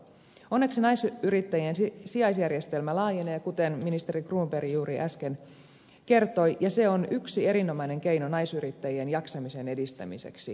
onneksi naisyrittäjien sijaisjärjestelmä laajenee kuten ministeri cronberg juuri äsken kertoi ja se on yksi erinomainen keino naisyrittäjien jaksamisen edistämiseksi